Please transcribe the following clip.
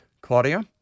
Claudia